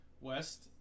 West